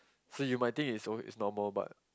so you might think is okay is normal but